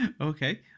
Okay